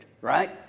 Right